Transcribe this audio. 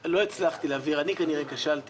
לא הצלחתי להבהיר, אני כנראה כשלתי